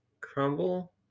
crumble